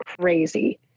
crazy